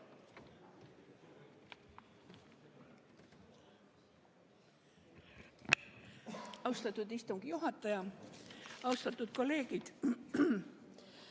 Austatud istungi juhataja! Austatud kolleegid!